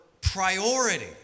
priority